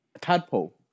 tadpole